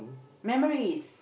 memories